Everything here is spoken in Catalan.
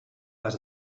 pas